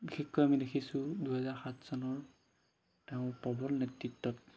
বিশেষকৈ আমি দেখিছোঁ দুহেজাৰ সাত চনৰ তেওঁৰ প্ৰবল নেতৃত্বত